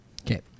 Okay